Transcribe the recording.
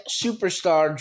superstar